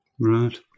Right